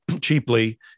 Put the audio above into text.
cheaply